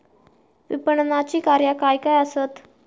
विपणनाची कार्या काय काय आसत?